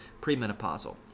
premenopausal